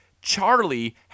Charlie